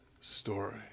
story